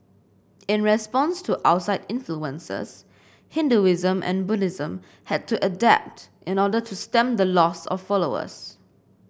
in response to outside influences Hinduism and Buddhism had to adapt in order to stem the loss of followers